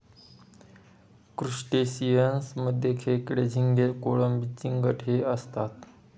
crustaceans मध्ये खेकडे, झिंगे, कोळंबी, चिंगट हे असतात